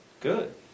good